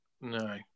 no